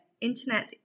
internet